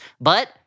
but-